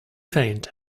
faint